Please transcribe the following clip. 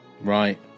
Right